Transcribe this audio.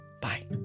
Bye